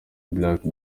black